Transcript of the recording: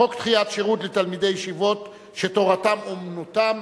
חוק דחיית שירות לתלמידי ישיבות שתורתם אומנותם,